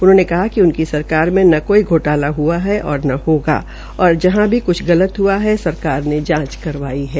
उन्होंने कहा कि उनकी सरकार में न कोई घोटाला हआ है न होगाऔर जहां भी कुछ गलत हआ है सरकार ने जांच करवाई है